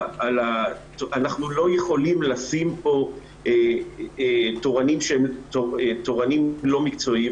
אנחנו לא יכולים לשים פה תורנים לא מקצועיים,